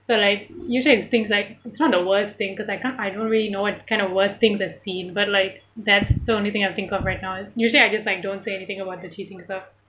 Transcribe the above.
so like usually it's things like it's not the worst thing cause I can't I don't really know what kind of worst things I've seen but like that's the only thing I think of right now is usually I just like don't say anything about the cheating stuff